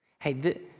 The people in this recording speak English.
Hey